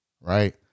right